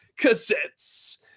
cassettes